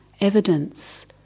evidence